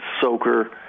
soaker